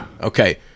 Okay